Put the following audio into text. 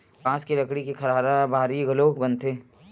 बांस के लकड़ी के खरहारा बाहरी घलोक बनथे